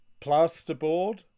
plasterboard